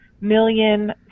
million